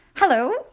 Hello